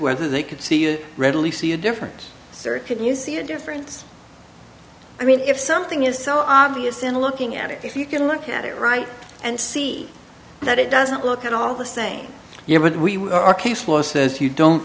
whether they could see it readily see a different search could you see a difference i mean if something is so obvious in looking at it if you can look at it right and see that it doesn't look at all the same yeah but we are case law says you don't